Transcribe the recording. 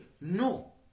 no